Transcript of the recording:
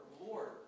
Lord